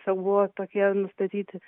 tiesiog buvo tokie nustatyti